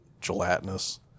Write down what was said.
gelatinous